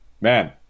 man